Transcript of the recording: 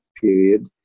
period